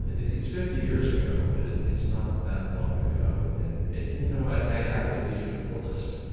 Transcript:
it's fifty years ago, but it's it's not that long ago. and, and and and you know i happened to be a journalist.